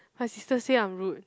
my sister say I'm rude